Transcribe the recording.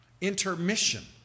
intermission